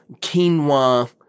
quinoa